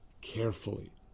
carefully